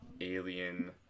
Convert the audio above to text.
alien